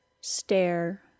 stare